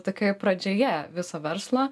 tokioje pradžioje viso verslo